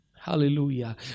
hallelujah